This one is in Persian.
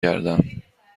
گردم